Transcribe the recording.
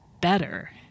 better